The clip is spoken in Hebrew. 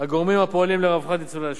הגורמים הפועלים לרווחת ניצולי השואה.